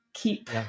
Keep